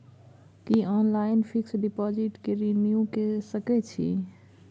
की online fix deposit के renew के सकै छी?